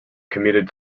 committed